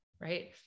right